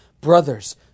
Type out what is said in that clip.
Brothers